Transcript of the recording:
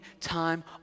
time